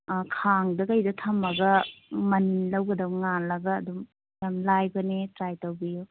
ꯈꯥꯡꯗ ꯀꯩꯗ ꯊꯝꯃꯒ ꯃꯅꯤꯜ ꯂꯧꯒꯗꯕ ꯉꯥꯜꯂꯒ ꯑꯗꯨꯝ ꯌꯥꯝ ꯂꯥꯏꯕꯅꯦ ꯇ꯭ꯔꯥꯏ ꯇꯧꯕꯤꯌꯣ